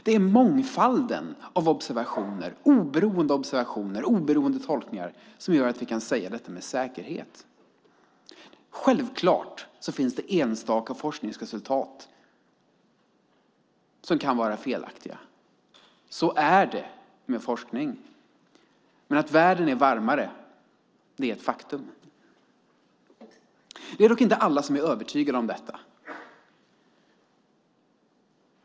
Det är mångfalden av oberoende observationer, oberoende tolkningar, som gör att vi kan säga detta med säkerhet. Självklart finns det enstaka forskningsresultat som kan vara felaktiga, så är det med forskning, men att världen är varmare än tidigare är ett faktum. Alla är dock inte övertygade om detta.